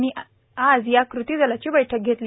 यांनी आज या कृती दलाची बैठक घेतली